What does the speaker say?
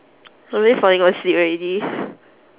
I'm really falling asleep already